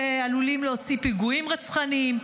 שעלולים להוציא פיגועים רצחניים.